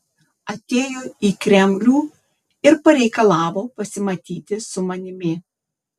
atėjo į kremlių ir pareikalavo pasimatyti su manimi